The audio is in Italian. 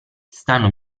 stanno